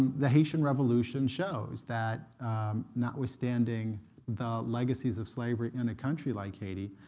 the haitian revolution shows that notwithstanding the legacies of slavery in a country like haiti,